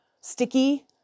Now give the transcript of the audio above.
sticky